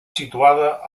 situada